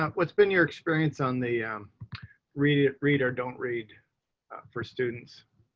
what's been your experience on the yeah read, read, or don't read for students.